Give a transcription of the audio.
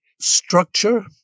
structure